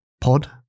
pod